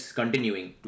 continuing